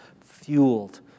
fueled